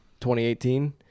2018